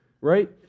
Right